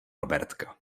robertka